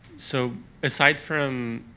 so aside from